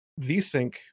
Vsync